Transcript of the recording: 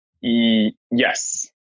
Yes